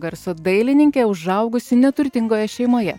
garso dailininkė užaugusi neturtingoje šeimoje